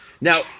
Now